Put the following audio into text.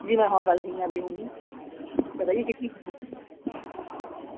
جی ma'am ہمارے پاس گُھوئیاں بھی ہوں گی بتائیے کتنی